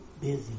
busy